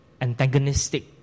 antagonistic